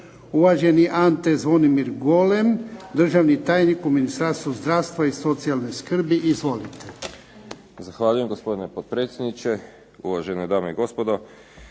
Uvaženi Ante Zvonimir Golem, državni tajnik u Ministarstvu zdravstva i socijalne skrbi. Izvolite. **Golem, Ante Zvonimir** Zahvaljujem gospodine potpredsjedniče, uvažene dame i gospodo.